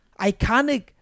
iconic